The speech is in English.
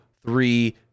three